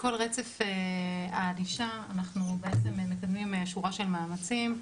אז בעצם על כל רצף הענישה אנחנו בעצם מקדמים שורה של מאמצים.